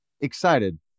excited